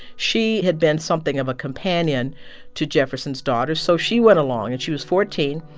she had been something of a companion to jefferson's daughter, so she went along. and she was fourteen.